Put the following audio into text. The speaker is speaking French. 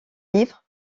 livres